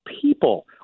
people